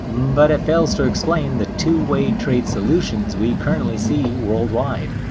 but it fails to explain the two-way trade solutions we currently see world-wide.